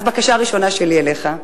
אז הבקשה הראשונה שלי אליך,